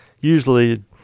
usually